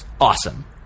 awesome